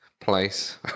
place